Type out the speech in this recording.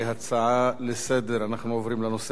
כהצעה לסדר-היום?